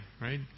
right